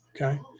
Okay